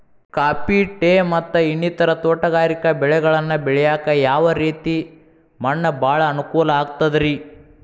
Coffee, tea, ಮತ್ತ ಇನ್ನಿತರ ತೋಟಗಾರಿಕಾ ಬೆಳೆಗಳನ್ನ ಬೆಳೆಯಾಕ ಯಾವ ರೇತಿ ಮಣ್ಣ ಭಾಳ ಅನುಕೂಲ ಆಕ್ತದ್ರಿ?